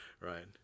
Right